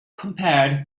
compared